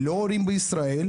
ללא הורים בישראל,